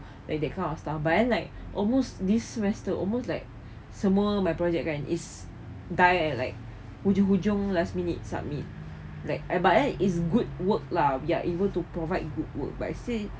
like that kind of stuff but then like almost this semester almost like semua my project kan is die like hujung hujung last minute submit like eh but eh is good work lah we are able to provide good work but it's still